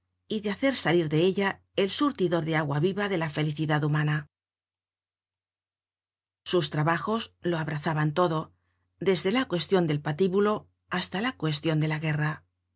y de hacer salir de ella el surtidor de agua viva de la felicidad humana sus trabajos lo abrazaban todo desde la cuestion del patíbulo content from google book search generated at hasla la cuestion de la guerra